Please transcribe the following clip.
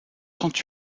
trente